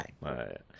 Right